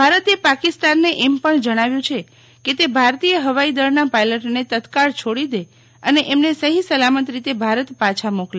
ભારતે પાકિસ્તાનને એમ પણ જણાવ્યુ છે કે તે ભારતીય હવાઈ દળના પાયલટને તત્કાળ છોડી દે અને એમને સહી સલામત રીતે ભારત પાછા મોકલે